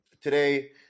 Today